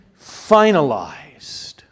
finalized